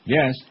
Yes